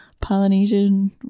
Polynesian